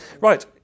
Right